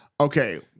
okay